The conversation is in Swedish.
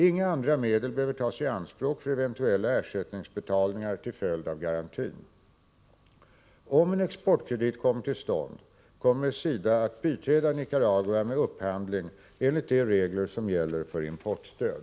Inga andra medel behöver tas i anspråk för eventuella ersättningsbetalningar till följd av garantin. Om en exportkredit kommer till stånd, kommer SIDA att biträda Nicaragua med upphandling enligt de regler som gäller för importstöd.